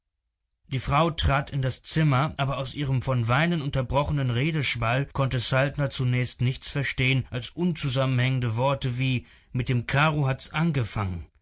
die frau trat in das zimmer aber aus ihrem von weinen unterbrochenen redeschwall konnte saltner zunächst nichts verstehen als unzusammenhängende worte wie mit dem karo hat's angefangen